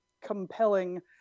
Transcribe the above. compelling